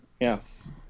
Yes